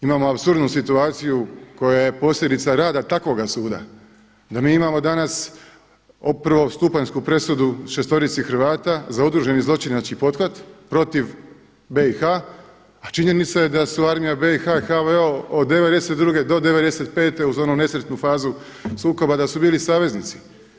Imao apsurdnu situaciju koja je posljedica rada takvoga suda, da mi imamo danas prvostupanjsku presudu šestorici Hrvata za udruženi zločinački pothvat protiv BIH a činjenica je da su Armija BIH i HVO od 92. do 95. uz onu nesretnu fazu sukoba da su bili saveznici.